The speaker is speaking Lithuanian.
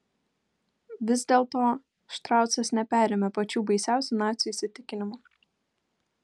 vis dėlto štrausas neperėmė pačių baisiausių nacių įsitikinimų